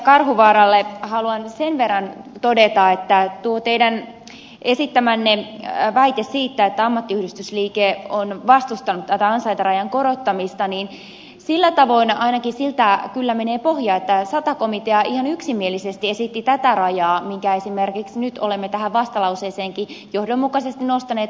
karhuvaaralle haluan sen verran todeta tuosta teidän esittämästänne väitteestä että ammattiyhdistysliike on vastustanut tätä ansaintarajan korottamista ainakin sillä tavoin menee pohja että sata komitea ihan yksimielisesti esitti tätä rajaa minkä nyt olemme tähän vastalauseeseenkin johdonmukaisesti nostaneet